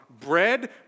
bread